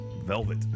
velvet